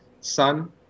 Sun